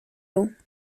lowe